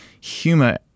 humor